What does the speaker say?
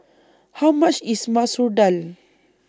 How much IS Masoor Dal